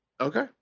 okay